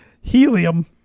Helium